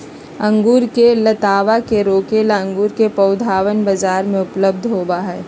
अंगूर के लतावा के रोके ला अंगूर के पौधवन बाजार में उपलब्ध होबा हई